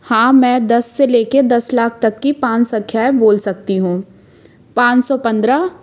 हाँ मैं दस से ले के दस लाख तक की पाँच संख्याएँ बोल सकती हूँ पाँच सौ पंद्रह